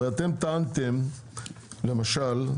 הרי אתם טענתם למשל,